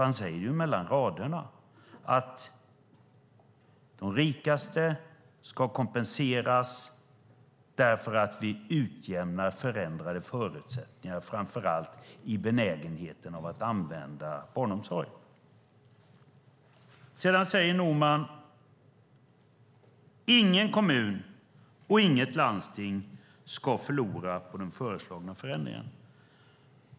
Han säger ju mellan raderna att de rikaste ska kompenseras därför att vi utjämnar förändrade förutsättningar framför allt i benägenheten att använda barnomsorg. Sedan säger Norman: Ingen kommun och inget landsting ska förlora på den föreslagna förändringen.